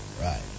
Right